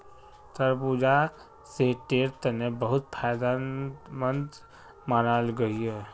तरबूजा सेहटेर तने बहुत फायदमंद मानाल गहिये